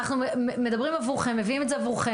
אנחנו מדברים עבורכם, מביאים את זה עבורכם.